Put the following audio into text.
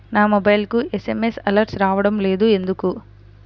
నా మొబైల్కు SMS alerts రావడం లేదు ఎందుకు?